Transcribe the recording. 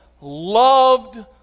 loved